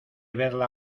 verla